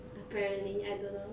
apparently I don't know